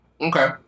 Okay